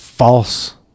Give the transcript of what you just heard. False